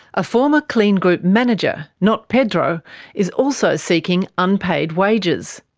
a former kleen group manager not pedro is also seeking unpaid wages.